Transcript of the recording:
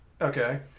Okay